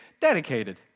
dedicated